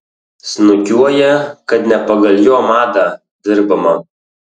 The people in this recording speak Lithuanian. snukiuoja kad ne pagal jo madą dirbama